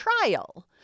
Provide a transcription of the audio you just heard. trial